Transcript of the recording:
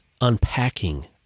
unpacking